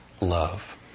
love